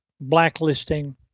blacklisting